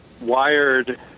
wired